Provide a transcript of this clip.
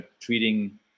treating